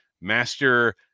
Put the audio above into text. Master